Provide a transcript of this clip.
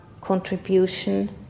contribution